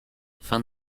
fin